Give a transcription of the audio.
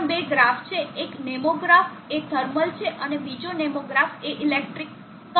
ત્યાં બે ગ્રાફ છે એક નોમોગ્રાફ એ થર્મલ છે અને બીજો નોમોગ્રાફ એ ઇલેક્ટ્રિકલ માટે છે